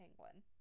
Penguin